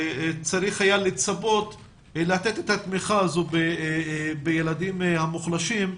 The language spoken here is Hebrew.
צריך היה לצפות לתת את התמיכה הזו בילדים המוחלשים,